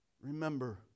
remember